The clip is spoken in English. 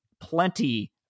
plenty